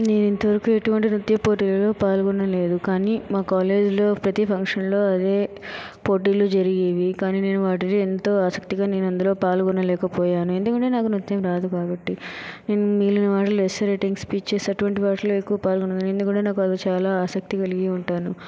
నేను ఇంతవరకు ఎటువంటి నృత్యం పోటీలలో పాల్గొనలేదు కానీ మా కాలేజీలో ప్రతి ఫంక్షన్లో అదే పోటీలు జరిగేవి కానీ నేను వాటిని ఎంతో ఆసక్తిగా నేను అందులో పాల్గొనలేకపోయాను ఎందుకంటే నాకు నృత్యం రాదు కాబట్టి నేను మిగిలినవాటిల్లో ఎస్సే రైటింగ్ స్పీచెస్ అటువంటి వాటిల్లో ఎక్కువగా పాల్గొన్నాను ఎందుకంటే అవి చాలా ఆసక్తి కలిగి ఉంటాను